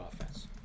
offense